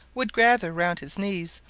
would gather round his knees,